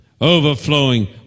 overflowing